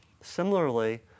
Similarly